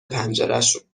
پنجرشون